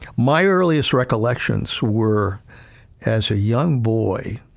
my earliest recollections were as a young boy,